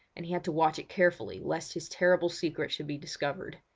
and he had to watch it carefully lest his terrible secret should be discovered.